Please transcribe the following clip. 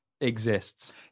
exists